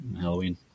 Halloween